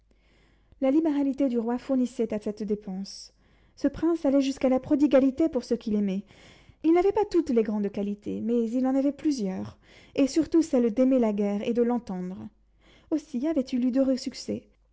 la libéralité du roi fournissait à cette dépense ce prince allait jusqu'à la prodigalité pour ceux qu'il aimait il n'avait pas toutes les grandes qualités mais il en avait plusieurs et surtout celle d'aimer la guerre et de l'entendre aussi avait-il eu d'heureux succès